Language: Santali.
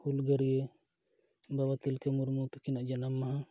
ᱦᱩᱞᱜᱟᱹᱨᱭᱟᱹ ᱵᱟᱵᱟ ᱛᱤᱞᱠᱟᱹ ᱢᱩᱨᱢᱩ ᱛᱟᱠᱤᱱᱟᱜ ᱡᱟᱱᱟᱢ ᱢᱟᱦᱟ